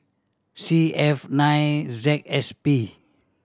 C F nine Z S P